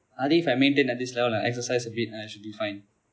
and if I maintain at this now lah exercise a bit I should define